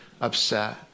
upset